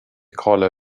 carlo